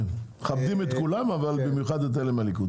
מכבדים את כולם, אבל במיוחד את אלה מהליכוד.